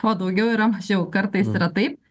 o daugiau yra mažiau kartais yra taip